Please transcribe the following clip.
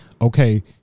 okay